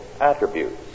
attributes